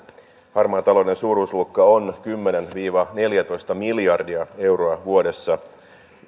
harmaan talouden suuruusluokka on kymmenen viiva neljätoista miljardia euroa vuodessa